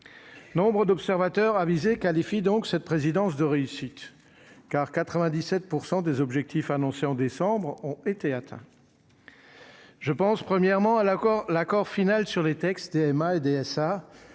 nombre d'observateurs avisés qualifie donc cette présidence de réussite car 97 % des objectifs annoncés en décembre ont été atteints je pense premièrement à l'accord, l'accord final sur les textes, Emma et DSA